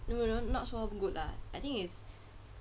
no no not so good ah I think it's